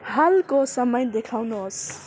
हालको समय देखाउनुहोस्